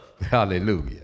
hallelujah